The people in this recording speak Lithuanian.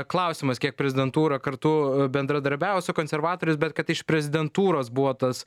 klausimas kiek prezidentūra kartu bendradarbiauja su konservatoriais bet kad iš prezidentūros buvo tas